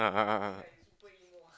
ah ah ah